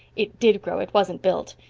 it did grow it wasn't built!